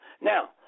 now